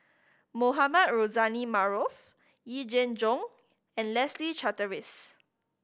Mohamed Rozani Maarof Yee Jenn Jong and Leslie Charteris